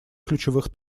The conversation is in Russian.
ключевых